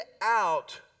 out